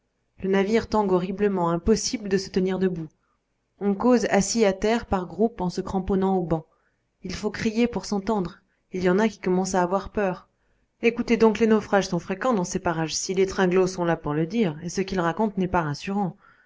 le navire tangue horriblement impossible de se tenir debout on cause assis à terre par groupes en se cramponnant aux bancs il faut crier pour s'entendre il y en a qui commencent à avoir peur écoutez donc les naufrages sont fréquents dans ces parages ci les tringlos sont là pour le dire et ce qu'ils racontent n'est pas rassurant